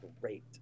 great